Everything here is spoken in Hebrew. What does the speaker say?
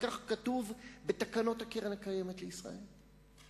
כך כתוב בתקנות הקרן הקיימת לישראל.